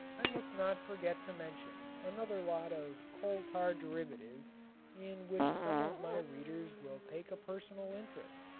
i must not forget to mention another lot of coal-tar derivatives in which some of my readers will take a personal interest.